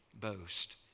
boast